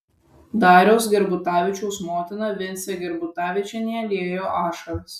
dariaus gerbutavičiaus motina vincė gerbutavičienė liejo ašaras